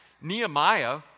Nehemiah